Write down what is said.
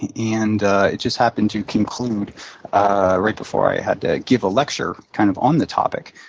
and and it just happened to conclude right before i had to give a lecture kind of on the topic.